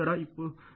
4 0